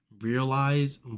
realize